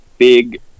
big